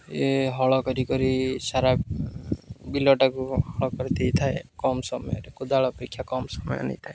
ଇଏ ହଳ କରିିକରି ସାରା ବିଲଟାକୁ ହଳ କରିଦେଇଥାଏ କମ୍ ସମୟରେ କୋଦାଳ ଅପେକ୍ଷା କମ୍ ସମୟ ନେଇଥାଏ